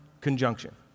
conjunction